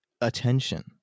attention